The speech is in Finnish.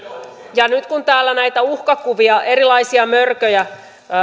nyt kun täällä näitä uhkakuvia erilaisia mörköjä